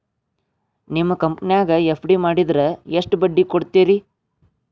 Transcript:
ನಿಮ್ಮ ಕಂಪನ್ಯಾಗ ಎಫ್.ಡಿ ಮಾಡಿದ್ರ ಎಷ್ಟು ಬಡ್ಡಿ ಕೊಡ್ತೇರಿ?